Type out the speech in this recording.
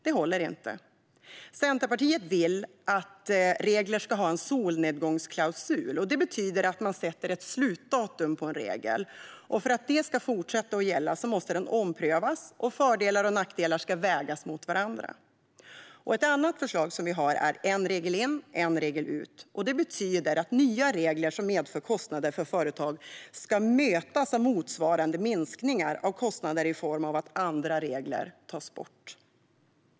Det håller inte. Centerpartiet vill att regler ska ha en solnedgångsklausul. Det betyder att man sätter ett slutdatum på en regel. För att den ska fortsätta att gälla måste den omprövas, och fördelar och nackdelar ska vägas mot varandra. Ett annat förslag som vi har är: en regel in - en regel ut. Det betyder att nya regler som medför kostnader för företag ska mötas av motsvarande minskningar av kostnader i form av att andra regler tas bort.